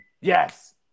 Yes